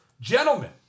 Gentlemen